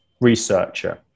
researcher